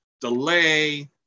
delay